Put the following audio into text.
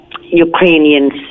ukrainians